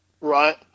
right